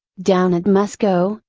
down it must go,